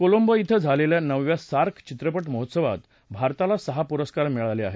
कोलंबो िं झालेल्या नवव्या सार्क चित्रपट महोत्सवात भारताला सहा पुरस्कार मिळाले आहेत